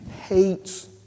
Hates